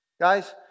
Guys